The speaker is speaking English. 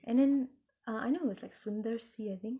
and then uh I know it was like sundar C I think